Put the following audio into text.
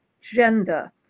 gender